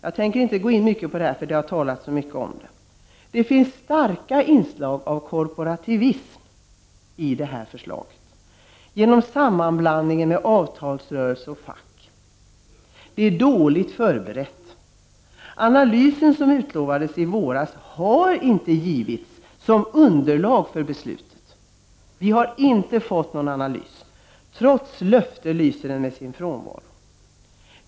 Jag tänker inte gå in mer på detta, eftersom så mycket redan har sagts. Det finns starka inslag av korporativism i det här förslaget genom sammanblandningen med avtalsrörelse och fack. Det är dåligt förberett. Analysen som utlovades i våras har inte givits som underlag för beslutet. Trots löfte om en analys lyser den med sin frånvaro.